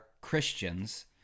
Christians